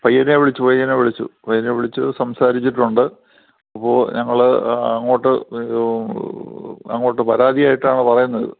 പയ്യനെ വിളിച്ചു പയ്യനെ വിളിച്ചു പയ്യനെ വിളിച്ചു സംസാരിച്ചിട്ടുണ്ട് അപ്പോൾ ഞങ്ങൾ അങ്ങോട്ട് അങ്ങോട്ട് പരാതിയായിട്ടാണ് പറയുന്നത്